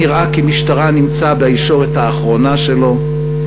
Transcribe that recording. נראה כי משטרה נמצא בישורת האחרונה שלו,